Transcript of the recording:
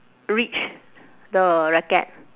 reach the racket